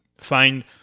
find